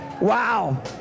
Wow